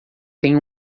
tem